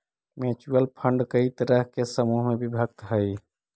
mutual fund कई तरह के समूह में विभक्त हई